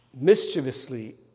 mischievously